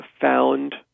found